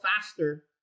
faster